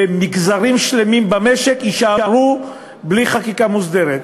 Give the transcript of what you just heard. ומגזרים שלמים במשק יישארו בלי חקיקה מוסדרת.